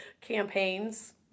campaigns